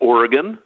Oregon